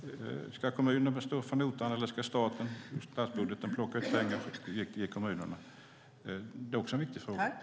Ska kommunerna stå för notan, eller ska pengarna tas ur statsbudgeten och ges till kommunerna? Det är viktiga frågor.